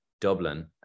Dublin